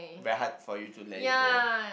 very hard for you to let it go